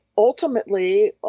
Ultimately